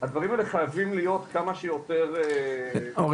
הדברים האלה חייבים להיות כמה שיותר --- אורי,